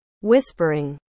Whispering